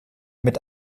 mit